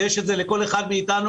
ויש את זה לכל אחד מאתנו